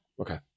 Okay